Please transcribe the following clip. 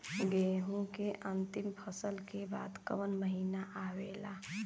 गेहूँ के अंतिम फसल के बाद कवन महीना आवेला?